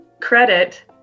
credit